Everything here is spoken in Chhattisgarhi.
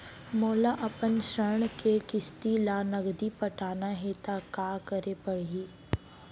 मोला अपन ऋण के किसती ला नगदी पटाना हे ता का करे पड़ही?